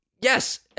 yes